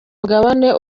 mugabane